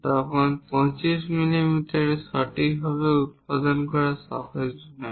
তখন 25 মিমিতে সঠিকভাবে উত্পাদন করা সহজ নয়